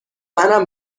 منم